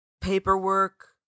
Paperwork